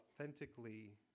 authentically